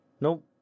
Nope